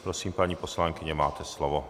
Prosím, paní poslankyně, máte slovo.